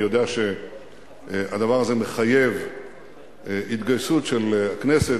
אני יודע שהדבר הזה מחייב התגייסות של הכנסת,